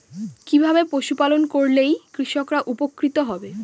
কিভাবে পশু পালন করলেই কৃষকরা উপকৃত হবে?